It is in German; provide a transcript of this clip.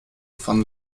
von